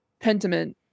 Pentiment